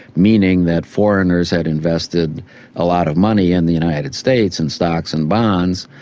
meaning that foreigners had invested a lot of money in the united states in stocks and bonds,